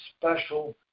special